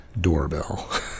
doorbell